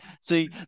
See